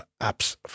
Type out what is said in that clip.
apps